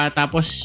tapos